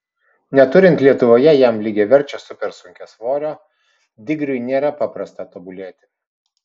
neturint lietuvoje jam lygiaverčio supersunkiasvorio digriui nėra paprasta tobulėti